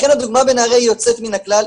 לכן הדוגמה בנהריה היא יוצאת מן הכלל,